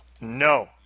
no